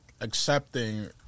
accepting